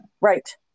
Right